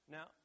Now